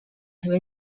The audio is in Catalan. seva